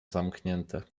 zamknięte